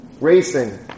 racing